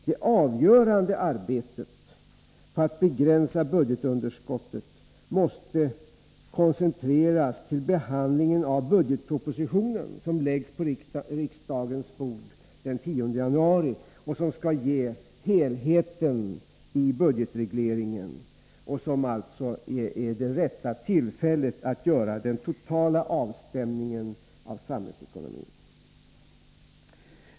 Det avgörande arbetet på att begränsa budgetunderskottet måste koncentreras till behandlingen av budgetpropositionen, som läggs på riksdagens bord den 10 januari och som skall ge helheten i budgetregleringen. Då är rätta tillfället att göra den totala avstämningen av samhällsekonomin.